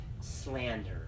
slander